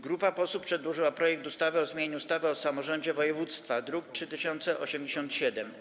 Grupa posłów przedłożyła projekt ustawy o zmianie ustawy o samorządzie województwa, druk nr 3087.